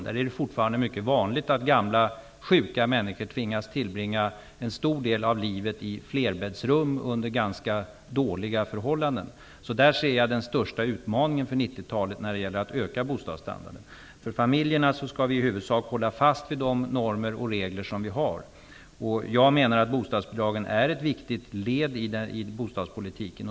Det är fortfarande mycket vanligt att gamla och sjuka människor tvingas tillbringa en stor del av livet i flerbäddsrum under ganska dåliga förhållanden. Där ser jag den största utmaningen för 1990-talet när det gäller att öka bostadsstandarden. För familjerna skall vi i huvudsak hålla fast vid de regler och normer som vi har. Jag menar att bostadsbidragen är ett viktigt led i bostadspolitiken.